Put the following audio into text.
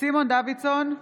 סימון דוידסון,